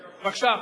בבקשה.